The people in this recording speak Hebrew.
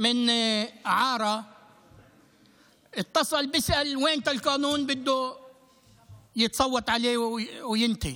מעארה התקשר לשאול מתי החוק יעלה להצבעה ויסתיים.